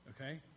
Okay